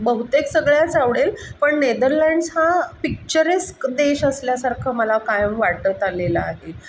बहुतेक सगळ्याच आवडेल पण नेदरलँड्स हा पिक्चरस् देश असल्यासारखं मला कायम वाटत आलेला आहे